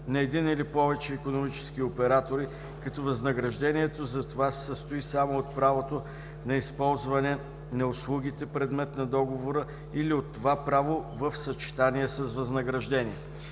на един или повече икономически оператори, като възнаграждението за това се състои само от правото на използване на услугите, предмет на договора, или от това право в съчетание с възнаграждение.“